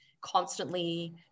constantly